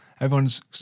Everyone's